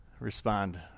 Respond